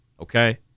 okay